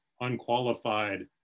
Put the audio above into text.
unqualified